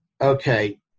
Okay